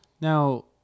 Now